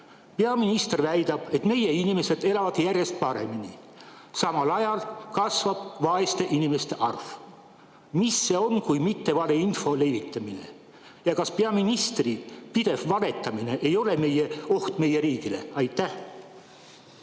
Peaminister väidab, et meie inimesed elavad järjest paremini. Samal ajal kasvab vaeste inimeste arv. Mis see on, kui mitte valeinfo levitamine? Ja kas peaministri pidev valetamine ei ole oht meie riigile? Aitäh,